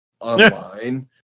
online